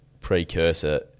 precursor